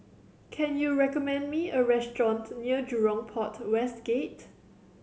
can you recommend me a restaurant near Jurong Port West Gate